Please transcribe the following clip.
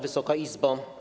Wysoka Izbo!